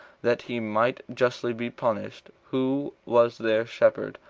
that he might justly be punished, who was their shepherd,